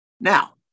Now